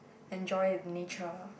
enjoy nature